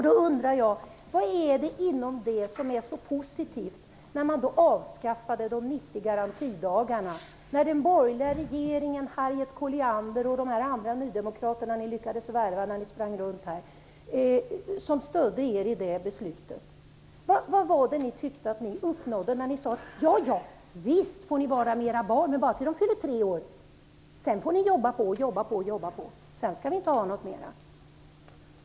Då undrar jag: Vad är det i det som är så positivt, när ni beslutade att avskaffa de 90 garantidagarna? Den borgerliga regeringen fattade det beslutet, med stöd av Harriet Colliander och andra nydemokrater som ni lyckades värva. Vad var det ni tyckte att ni uppnådde när ni sade att föräldrarna visst får vara med sina barn, men bara tills de fyller tre år? Sedan skulle de jobba på och inte ha något mer.